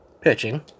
pitching